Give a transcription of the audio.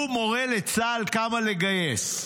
הוא מורה לצה"ל כמה לגייס,